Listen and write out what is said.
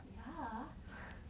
ya